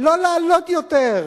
"לא לעלות יותר".